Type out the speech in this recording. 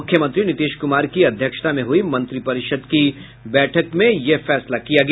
मुख्यमंत्री नीतीश कुमार की अध्यक्षता में हुई मंत्रिपरिषद की बैठक में यह फैसला किया गया